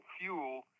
fuel